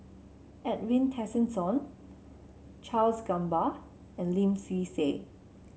Edwin Tessensohn Charles Gamba and Lim Swee Say